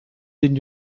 den